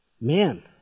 man